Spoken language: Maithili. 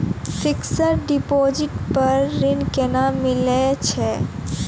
फिक्स्ड डिपोजिट पर ऋण केना मिलै छै?